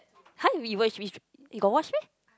!huh! we watch you got watch meh